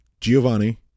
Giovanni